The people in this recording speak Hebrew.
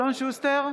אלון שוסטר,